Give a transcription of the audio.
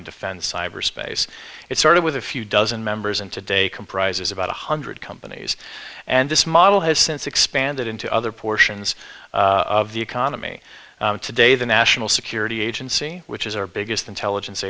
and defend cyberspace it started with a few dozen members and today comprises about one hundred companies and this model has since expanded into other portions of the economy today the national security agency which is our biggest intelligence